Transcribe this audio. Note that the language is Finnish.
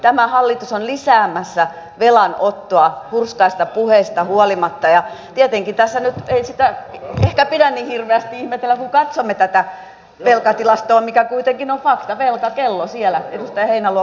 tämä hallitus on lisäämässä velanottoa hurskaista puheista huolimatta ja tietenkään tässä nyt ei sitä ehkä pidä niin hirveästi ihmetellä kun katsomme tätä velkatilastoa mikä kuitenkin on fakta velkakello siellä edustaja heinäluoma näyttää